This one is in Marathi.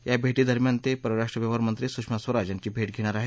या भेटीदरम्यान ते परराष्ट्र व्यवहारमंत्री सुषमा स्वराज यांची भेट घेणार आहेत